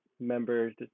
members